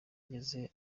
yageze